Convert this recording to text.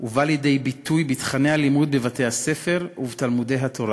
ובא לידי ביטוי בתוכני הלימוד בבתי-הספר ובתלמודי-התורה,